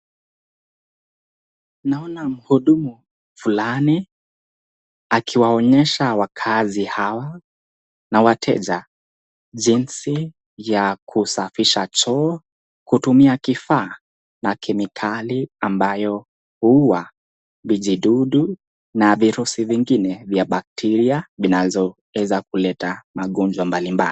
Naona mhudumu fulani akiwaonyesha wakaazi hawa na wateja jinsi ya kusafisha choo kutumia kifaa na kemikali ambayo huua vijidudu na virusi mingi na bakteria zinazoweza kuleta magonjwa mbalimbali.